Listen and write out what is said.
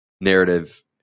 narrative